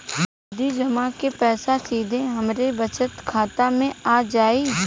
सावधि जमा क पैसा सीधे हमरे बचत खाता मे आ जाई?